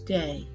day